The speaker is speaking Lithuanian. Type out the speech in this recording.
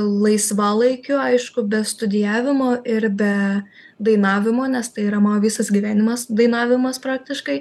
laisvalaikiu aišku be studijavimo ir be dainavimo nes tai yra mao visas gyvenimas dainavimas praktiškai